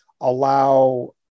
allow